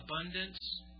abundance